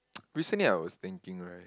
recently I was thinking right